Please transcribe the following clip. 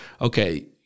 okay